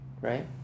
right